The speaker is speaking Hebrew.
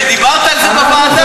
כי דיברת על זה בוועדה.